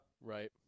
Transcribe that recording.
Right